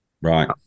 Right